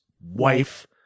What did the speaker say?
wife